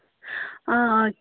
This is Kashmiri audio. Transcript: آ آ